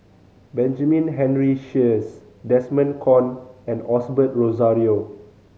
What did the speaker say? Benjamin Henry Sheares Desmond Kon and Osbert Rozario